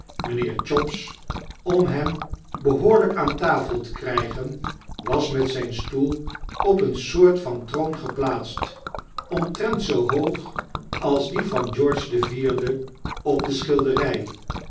mijnheer chops om hem behoorlyk aan tafel te krygen was met zyn stoel op een soort van troon geplaatst omtrent zoo hoog als die van george den vierde op de